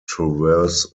traverse